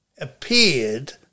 appeared